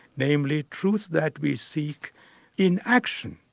namely truth that we seek in action.